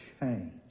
change